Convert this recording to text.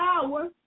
power